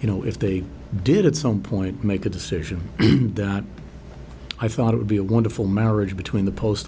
you know if they did at some point make a decision that i thought it would be a wonderful marriage between the post